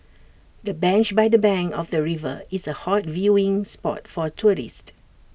the bench by the bank of the river is A hot viewing spot for tourists